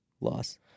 loss